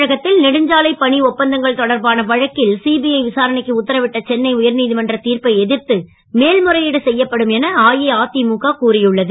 தமிழகத்தில் நெடுஞ்சாலை பணி ஒப்பந்தங்கள் தொடர்பான வழக்கில் சிபிஐ விசாரணைக்கு உத்தரவிட்ட சென்னை உயர்நீதிமன்ற தீர்ப்பை எதிர்த்து மேல் முறையீடு செய்யப்படும் என அஇஅதிமுக கூறியுள்ளது